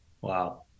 Wow